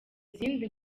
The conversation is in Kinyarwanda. izindi